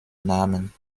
namen